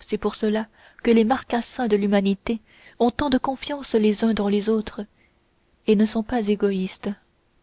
c'est pour cela que les marcassins de l'humanité ont tant de confiance les uns dans les autres et ne sont pas égoïstes